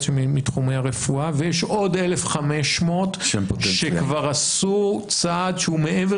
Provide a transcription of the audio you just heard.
שהם מתחומי הרפואה ויש עוד 1,500 שכבר עשו צעד שהוא מעבר